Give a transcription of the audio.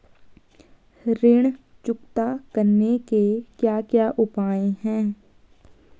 ऋण चुकता करने के क्या क्या उपाय हैं?